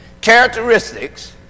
characteristics